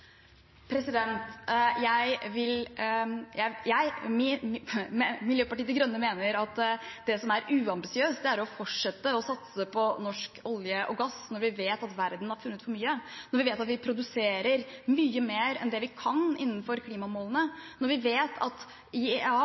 Miljøpartiet De Grønne mener at det som er uambisiøst, er å fortsette å satse på norsk olje og gass når vi vet at verden har funnet for mye, når vi vet at vi produserer mye mer enn det vi kan innenfor klimamålene, når vi vet at IEA beregner prisen for olje framover på et nivå som vil gjøre at veldig mange av investeringene i